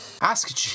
Ask